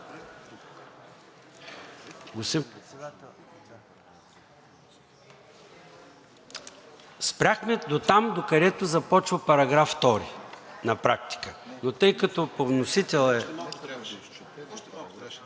Спряхме дотам, докъдето започва § 2 на практика, но тъй като по вносител е…